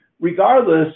Regardless